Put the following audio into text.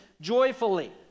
joyfully